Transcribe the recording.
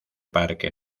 parque